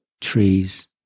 trees